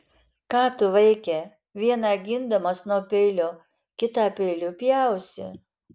ką tu vaike vieną gindamas nuo peilio kitą peiliu pjausi